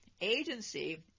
agency